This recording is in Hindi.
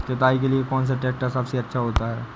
जुताई के लिए कौन सा ट्रैक्टर सबसे अच्छा होता है?